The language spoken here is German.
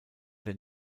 der